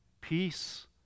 Peace